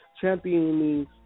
championing